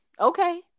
okay